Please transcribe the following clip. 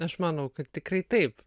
aš manau kad tikrai taip